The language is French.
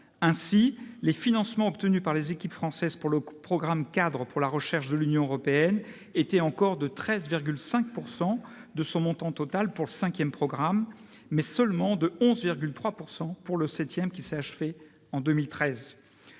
Ainsi, les financements obtenus par les équipes françaises pour le programme-cadre pour la recherche et l'innovation de l'Union européenne étaient encore de 13,5 % de son montant total, pour le cinquième programme, mais de seulement 11,3 % pour le septième, qui s'est achevé en 2013.